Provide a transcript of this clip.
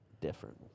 different